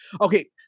Okay